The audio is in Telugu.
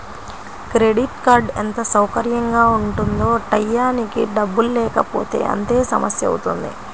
క్రెడిట్ కార్డ్ ఎంత సౌకర్యంగా ఉంటుందో టైయ్యానికి డబ్బుల్లేకపోతే అంతే సమస్యవుతుంది